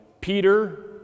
Peter